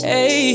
Hey